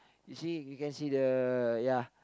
you see you can see the ya